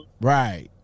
Right